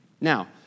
Now